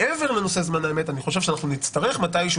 מעבר לנושא "זמן אמת" אני חושב שאנחנו נצטרך מתישהו